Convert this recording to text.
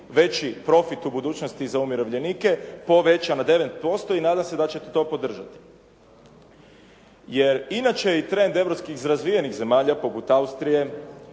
veći profit u budućnosti za umirovljenike poveća na 9% i nadam se da ćete to podržati. Jer inače je i trend europskih razvijenih zemalja poput Austrije,